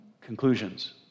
conclusions